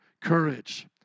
courage